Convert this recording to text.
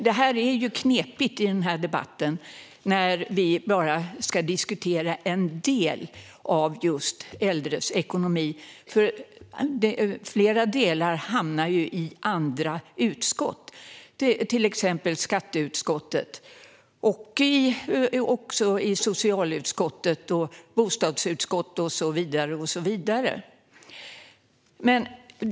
Det är knepigt i denna debatt när vi bara ska diskutera en del av äldres ekonomi. Flera delar hamnar i andra utskott: skatteutskottet, socialutskottet, bostadsutskottet och så vidare.